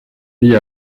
lit